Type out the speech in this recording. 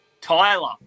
tyler